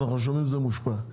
ואנחנו שומעים שזה מושפע.